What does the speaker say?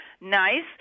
nice